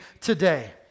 today